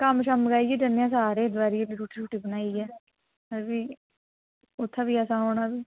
कम्म छम्म मकाइयै जन्ने आं सारे दपैह्री आह्ली रूट्टी छुट्टी बनाइयै ते फ्ही उत्थै फ्ही असें औना बी